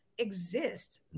exist